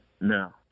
No